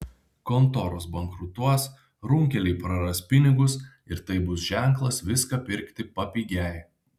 kontoros bankrutos runkeliai praras pinigus ir tai bus ženklas viską pirkti papigiai